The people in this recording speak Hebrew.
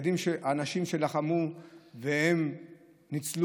אנשים שלחמו וניצלו